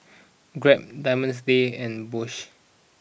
Grab Diamond Days and Bosch